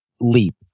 leap